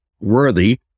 worthy